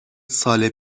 سال